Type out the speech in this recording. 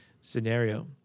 scenario